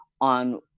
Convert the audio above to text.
on